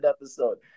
episode